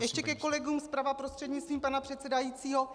Ještě ke kolegům zprava, prostřednictvím pana předsedajícího.